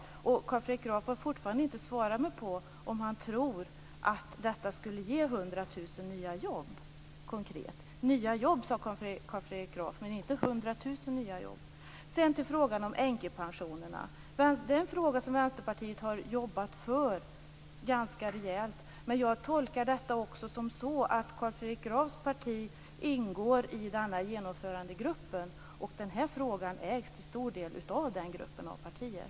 Carl Fredrik Graf har fortfarande inte svarat mig på om han tror att detta konkret skulle ge 100 000 nya jobb. Nya jobb, sade Carl Fredrik Graf, men inte 100 000 nya jobb. Sedan till frågan om änkepensionerna. Det är en fråga som Vänsterpartiet har jobbat för ganska rejält. Men jag tolkar också detta som att Carl Fredrik Grafs parti ingår i genomförandegruppen, och den här frågan ägs till stor del av den gruppen av partier.